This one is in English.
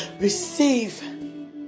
Receive